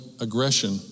aggression